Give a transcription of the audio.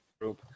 group